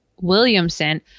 Williamson